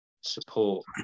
support